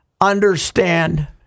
understand